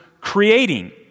creating